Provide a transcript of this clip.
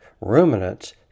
ruminants